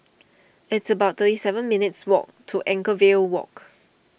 it's about thirty seven minutes' walk to Anchorvale Walk